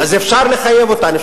אז אפשר לחייב אותן.